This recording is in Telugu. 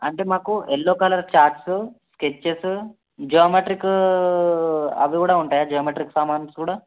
అంటే మాకు yellow colour charts sketches geometric అవి కూడా ఉంటాయా జామెట్రిక్ సామాన్స్ కూడా